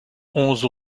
onze